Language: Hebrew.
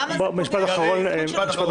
אבל למה זה פוגע?